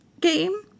game